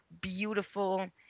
beautiful